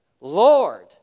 Lord